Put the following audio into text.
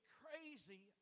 crazy